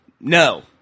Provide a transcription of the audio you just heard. No